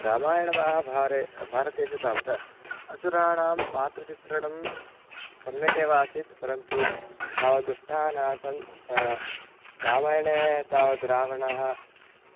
रामायणमहाभारते भारतेषु तावत् असुराणां पात्रचित्रणं सम्यगेव आसीत् परन्तु तावद् दुष्टाः नासन् रामायणे तावद् रावणः